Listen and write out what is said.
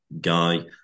guy